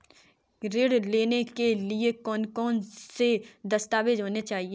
ऋण लेने के लिए कौन कौन से दस्तावेज होने चाहिए?